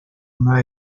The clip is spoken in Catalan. una